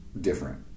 different